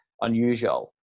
unusual